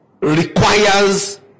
requires